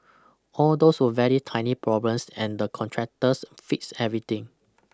all those were very tiny problems and the contractors fixed everything